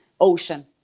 ocean